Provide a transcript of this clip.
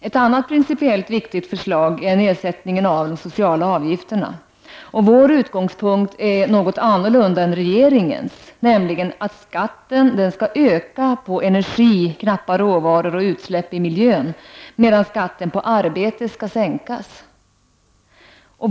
Ett annat principiellt viktigt förslag är nedsättningen av de sociala avgifterna. Vår utgångspunkt är något annorlunda än regeringens. Skatten skall öka på energi, knappa råvaror och utsläpp i miljön medan skatten på arbete skall sänkas.